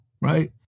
right